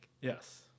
Yes